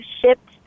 shipped